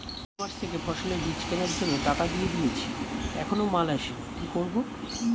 E commerce থেকে ফসলের বীজ কেনার জন্য টাকা দিয়ে দিয়েছি এখনো মাল আসেনি কি করব?